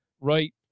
right